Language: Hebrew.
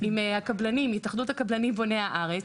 עם התאחדות הקבלנים בוני הארץ.